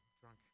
drunk